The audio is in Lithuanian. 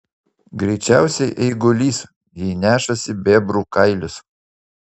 greičiausiai eigulys jei nešasi bebrų kailius